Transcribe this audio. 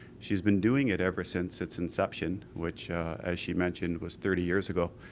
she's been doing it ever since it's inception, which as she mentioned was thirty years ago,